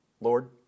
Lord